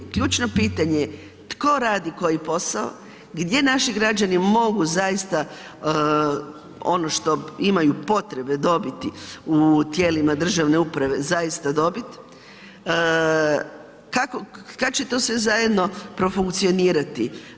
Ključno pitanje je tko radi koji posao, gdje naši građani mogu zaista ono što imaju potrebe dobiti u tijelima državne uprave, zaista dobit, kako, kad će to sve zajedno profunkcionirati?